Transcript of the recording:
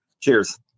Cheers